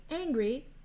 angry